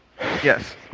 Yes